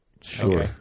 Sure